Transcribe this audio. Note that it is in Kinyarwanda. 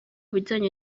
bijyanye